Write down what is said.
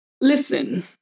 listen